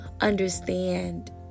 understand